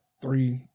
three